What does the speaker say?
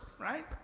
right